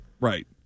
Right